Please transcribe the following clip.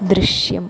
ദൃശ്യം